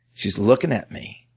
she's looking at me.